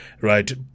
right